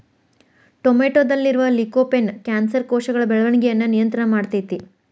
ಟೊಮೆಟೊದಲ್ಲಿರುವ lycopene cancer ಕೋಶಗಳ ಬೆಳವಣಿಗಯನ್ನ ನಿಯಂತ್ರಣ ಮಾಡ್ತೆತಿ